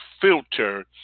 filter